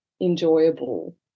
enjoyable